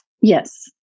Yes